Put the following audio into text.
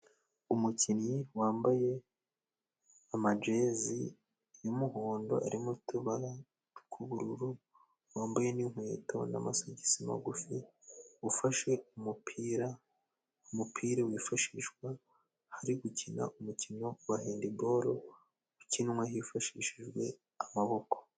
Umukinnyi wambaye amajeze y'umuhondo irimo utubara tw'ubururu, wambaye n'inkweto n'amasogisi magufi, ufashe umupira, umupira wifashishwa hari gukina umukino wa hendiboro, ukinwa hifashishijwe amaboko.